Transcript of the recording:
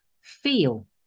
feel